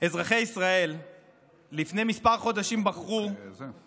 לפני כמה חודשים אזרחי ישראל בחרו בכם